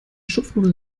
schupfnudeln